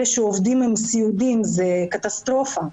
אלה שעובדים עם הסיעודיים, זאת קטסטרופה.